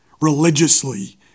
religiously